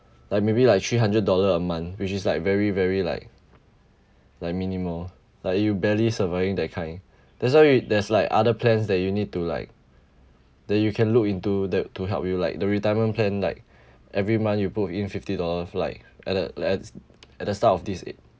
like maybe like three hundred dollar a month which is like very very like like minimal like you barely surviving that kind that's why there's like other plans that you need to like that you can look into that to help you like the retirement plan like every month you put in fifty dollar for like at the at at the start of this it